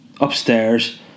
upstairs